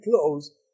close